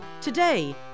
Today